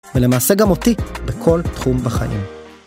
ולמעשה גם אותי בכל תחום בחיים.